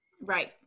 right